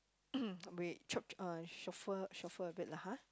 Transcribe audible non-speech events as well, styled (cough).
(noise) wait chop um shuffle shuffle a bit lah har